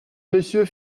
monsieur